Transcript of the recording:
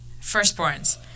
Firstborns